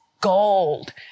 gold